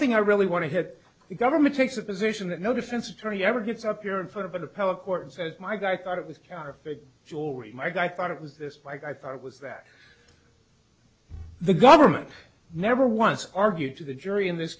thing i really want to have the government takes the position that no defense attorney ever gets up here in front of an appellate court and says my guy thought it was counterfeit jewelry my guy thought it was this like i thought it was that the government never once argued to the jury in this